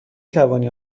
توانی